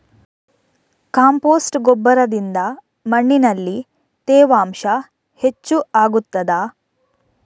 Compost ಗೊಬ್ಬರದಿಂದ ಮಣ್ಣಿನಲ್ಲಿ ತೇವಾಂಶ ಹೆಚ್ಚು ಆಗುತ್ತದಾ?